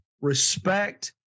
respect